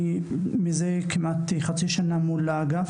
אני מתדיין מזה חצי שנה על הנושא הזה אל מול האגף,